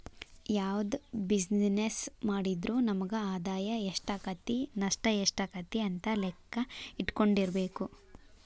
ಯಾವ್ದ ಬಿಜಿನೆಸ್ಸ್ ಮಾಡಿದ್ರು ನಮಗ ಆದಾಯಾ ಎಷ್ಟಾಕ್ಕತಿ ನಷ್ಟ ಯೆಷ್ಟಾಕ್ಕತಿ ಅಂತ್ ಲೆಕ್ಕಾ ಇಟ್ಕೊಂಡಿರ್ಬೆಕು